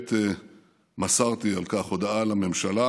כעת מסרתי על כך הודעה לממשלה,